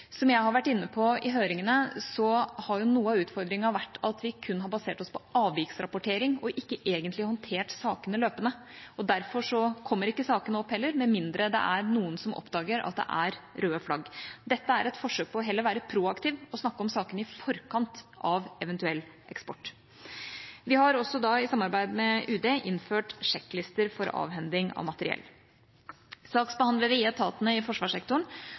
Som jeg har vært inne på i høringene, har jo noe av utfordringen vært at vi kun har basert oss på avviksrapportering og ikke egentlig håndtert sakene løpende, og derfor kommer heller ikke sakene opp med mindre det er noen som oppdager at det er røde flagg. Dette er et forsøk på heller å være proaktiv og snakke om sakene i forkant av eventuell eksport. Vi har også i samarbeid med UD innført sjekklister for avhending av materiell. Saksbehandlere i etatene i forsvarssektoren